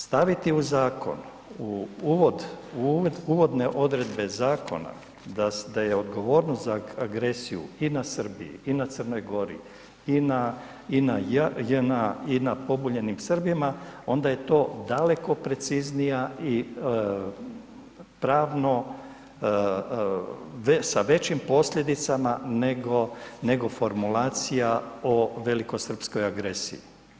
Staviti u zakon u uvod, u uvodne odredbe zakona da je odgovornost za agresiju i na Srbiji i na Crnoj Gori i na JNA i na pobunjenim Srbima, onda je to daleko preciznija i pravno sa većim posljedicama nego formulacija o velikosrpskoj agresiji.